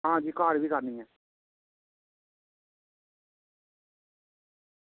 हां जी घर बी करनी ऐ